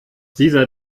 dieser